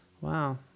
Wow